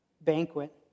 banquet